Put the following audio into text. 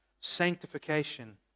sanctification